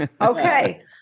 Okay